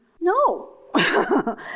no